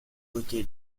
côté